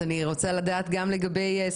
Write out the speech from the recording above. אז אני רוצה לדעת -- נכון,